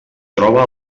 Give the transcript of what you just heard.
troba